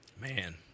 Man